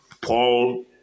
Paul